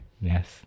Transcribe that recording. Yes